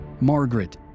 Margaret